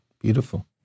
Beautiful